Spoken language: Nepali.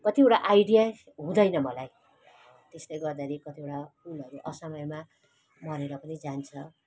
कतिवटा आइडिया हुँदैन मलाई त्यसले गर्दाखेरि कतिवटा फुलहरू असमयमा मरेर पनि जान्छ